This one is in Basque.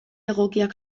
egokiak